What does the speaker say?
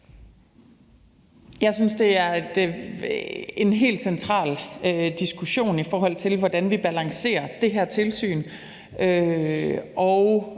Jeg synes, det er en helt central diskussion, i forhold til hvordan vi balancerer det her tilsyn